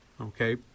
Okay